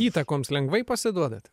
įtakoms lengvai pasiduodat